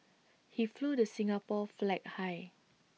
he flew the Singapore flag high